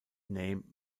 name